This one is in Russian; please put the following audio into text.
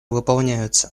выполняются